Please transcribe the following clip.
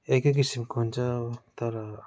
एकै किसिमको हुन्छ तर